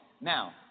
Now